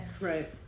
right